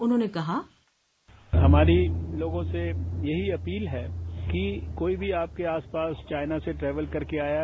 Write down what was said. उन्होंने कहा हमारी लोगों से यही अपील है कि कोई भी आपके आसपास चाइना से ट्रेवल करके आया है